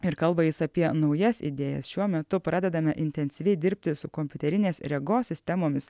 ir kalba jis apie naujas idėjas šiuo metu pradedame intensyviai dirbti su kompiuterinės regos sistemomis